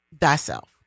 thyself